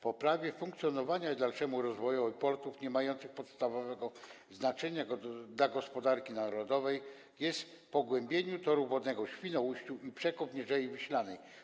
Poprawie funkcjonowania i dalszemu rozwojowi portów niemających podstawowego znaczenia dla gospodarki narodowej służy pogłębienie toru wodnego w Świnoujściu i przekop Mierzei Wiślanej.